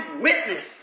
witness